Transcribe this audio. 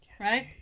right